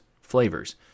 flavors